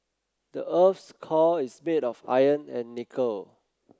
the earth's core is made of iron and nickel